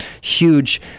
huge